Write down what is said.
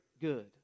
good